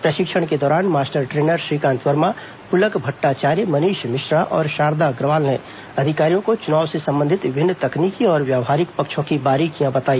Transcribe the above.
प्रशिक्षण के दौरान मास्टर ट्रेनर श्रीकांत वर्मा पुलक भट्टाचार्य मनीष मिश्रा और शारदा अग्रवाल ने अधिकारियों को चुनाव से संबंधित विभिन्न तकनीकी और व्यावहारिक पक्षों की बारीकियां बताई